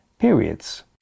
Periods